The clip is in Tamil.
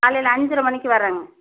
காலையில் அஞ்சரை மணிக்கு வரேங்க